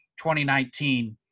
2019